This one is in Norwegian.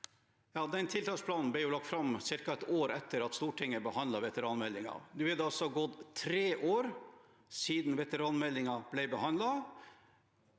den tiltaksplanen ble jo lagt fram ca. ett år etter at Stortinget behandlet veteranmeldingen. Nå er det altså gått tre år siden veteranmeldingen ble behandlet,